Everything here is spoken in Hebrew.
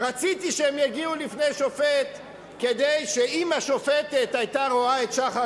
רציתי שהם יגיעו לפני שופט כדי אם השופטת היתה רואה את שחר